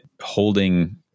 holding